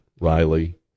Riley